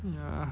ya